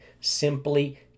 simply